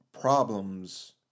problems